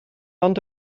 ond